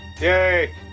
Yay